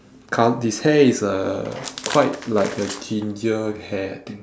his hair is uh quite like a ginger hair I think